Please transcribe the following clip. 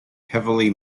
heavily